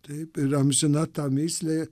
taip yra amžina ta mįslė